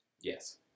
yes